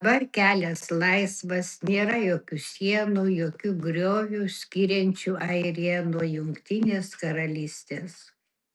dabar kelias laisvas nėra jokių sienų jokių griovių skiriančių airiją nuo jungtinės karalystės